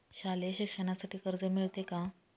शालेय शिक्षणासाठी कर्ज मिळते का?